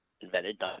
invented